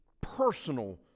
personal